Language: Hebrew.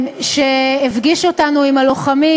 שהפגיש אותנו עם הלוחמים.